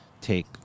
take